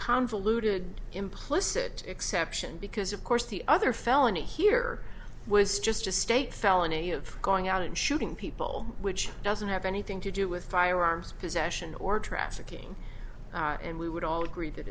convoluted implicit exception because of course the other felony here was just a state felony of going out and shooting people which doesn't have anything to do with firearms possession or trafficking and we would all agree that